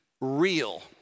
real